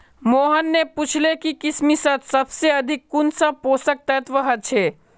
मोहन ने पूछले कि किशमिशत सबसे अधिक कुंन सा पोषक तत्व ह छे